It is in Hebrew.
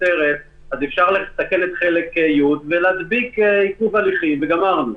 הכותרת אז אפשר לתקן את חלק י' ולהדביק בו עיכוב הליכים וגמרנו.